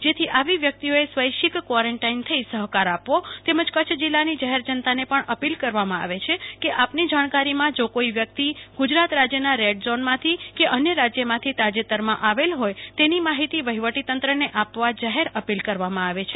જેથી આવી વ્યકિતઓએ સ્વૈચ્છિક કવોરેન્ટાઇન થઇ સફકાર આપવો તેમજ કચ્છ જિલ્લાની જાફેર જનતાને પણ અપીલ કરવામાં આવે છે કે આપની જાણકારીમાં જો કોઇ વ્યકિત ગુજરાત રાજ્યના રેડઝોનમાંથી કે અન્ય રાજ્યમાંથી તાજેતરમાં આવેલ ફોય તેની જાણકારીમાફિતી વફીવટીતંત્રને આપવા જાહેર અપીલ કરવામાં આવે છે